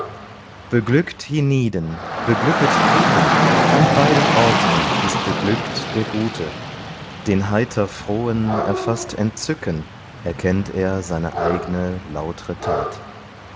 beglückt hienieden beglücket drüben an beiden orten ist beglückt der gute den heiter frohen erfaßt entzücken erkennt er seine eigne lautre tat